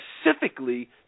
specifically